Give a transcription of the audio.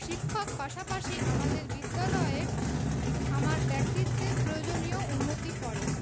শিক্ষক পাশাপাশি আমাদের বিদ্যালয়ে আমার ব্যক্তিত্বে প্রয়োজনীয় উন্নতি করে